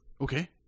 Okay